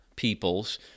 peoples